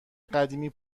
قدیمی